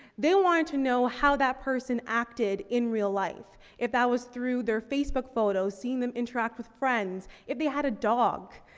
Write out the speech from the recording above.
they wanted to know how that person acted in real life. if that was through their facebook photos, seeing them interact with friends, if they had a dog,